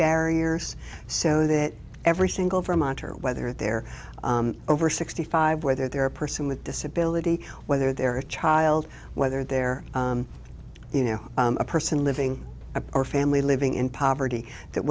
barriers so that every single vermonter whether they're over sixty five whether they're a person with disability whether they're a child whether they're you know a person living a poor family living in poverty that